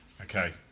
Okay